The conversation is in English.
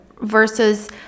versus